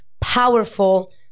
powerful